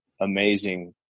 amazing